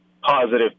positive